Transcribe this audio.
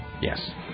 Yes